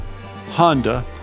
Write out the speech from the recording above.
Honda